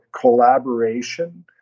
collaboration